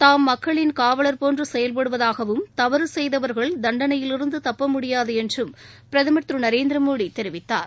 தாம் மக்களின் காவலர் போன்று செயல்படுவதாகவும் தவறு செய்தவர்கள் தண்டனையிலிருந்து தப்ப முடியாது என்றும் பிரதமர் திரு நரேந்திர மோடி தெரிவித்தார்